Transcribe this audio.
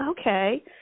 Okay